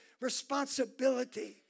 responsibility